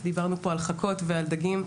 דיברנו פה על חכות ועל דגים,